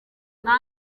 nta